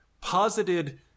posited